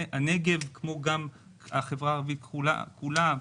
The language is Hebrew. הנגב, כמו גם החברה הערבית כולה,